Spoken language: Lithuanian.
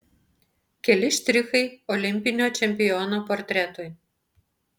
keli štrichai olimpinio čempiono portretui